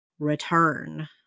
Return